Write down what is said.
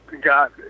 got